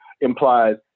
implies